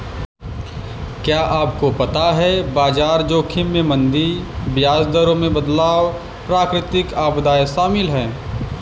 क्या आपको पता है बाजार जोखिम में मंदी, ब्याज दरों में बदलाव, प्राकृतिक आपदाएं शामिल हैं?